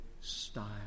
style